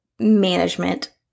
management